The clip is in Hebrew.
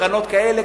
קרנות כאלה,